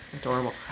adorable